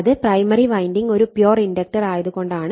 അത് primary winding ഒരു pure inductor ആയത് കൊണ്ടാണ്